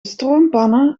stroompanne